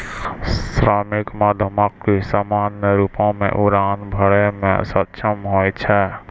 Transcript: श्रमिक मधुमक्खी सामान्य रूपो सें उड़ान भरै म सक्षम होय छै